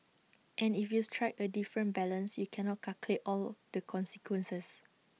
and if you strike A different balance you cannot calculate all the consequences